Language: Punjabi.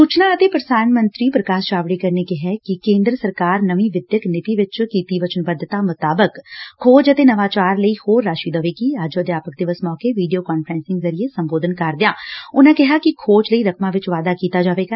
ਸੁਚਨਾ ਅਤੇ ਪੁਸਾਰਣ ਮੰਤਰੀ ਪੁਕਾਸ਼ ਜਾਵੜੇਕਰ ਨੇ ਕਿਹੈ ਕਿ ਕੇਂਦਰ ਸਰਕਾਰ ਨਵੀਂ ਵਿਦਿਅਕ ਨੀਤੀ ਵਿਚ ਕੀਤੀ ਵਚਨਬੱਧਤਾ ਮੁਤਾਬਿਕ ਖੋਜ ਅਤੇ ਨਵਾਚਾਰ ਲਈ ਹੋਰ ਰਾਸੀ ਦੇਵੇਗੀ ਅੱਜ ਅਧਿਆਪਕ ਦਿਵਸ ਮੌਕੇ ਵੀਡੀਓ ਕਾਨਫਰੰਸਿੰਗ ਜਰੀਏ ਸੰਬੋਧਨ ਕਰਦਿਆਂ ਉਨਾਂ ਕਿਹਾ ਕਿ ਖੋਜ ਲਈ ਰਕਮਾਂ ਵਿਚ ਵਾਧਾ ਕੀਤਾ ਜਾਏਗਾ